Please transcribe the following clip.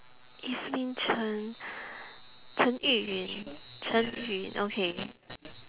evelyn chen chen yu yun chen yun okay